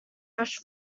rush